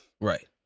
Right